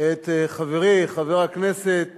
את חברי חבר הכנסת